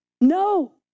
no